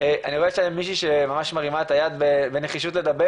כדי דווקא לשמור על בריאות המשתמשים.